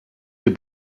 wir